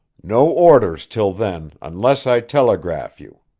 no orders till then unless i telegraph you.